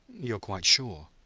you are quite sure?